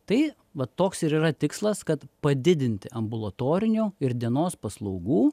tai va toks ir yra tikslas kad padidinti ambulatorinio ir dienos paslaugų